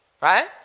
right